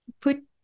put